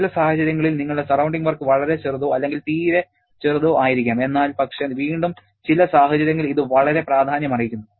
ചില സാഹചര്യങ്ങളിൽ നിങ്ങളുടെ സറൌണ്ടിങ് വർക്ക് വളരെ ചെറുതോ അല്ലെങ്കിൽ തീരെ ചെറുതോ ആയിരിക്കാം എന്നാൽ പക്ഷേ വീണ്ടും ചില സാഹചര്യങ്ങളിൽ ഇത് വളരെ പ്രാധാന്യമർഹിക്കുന്നു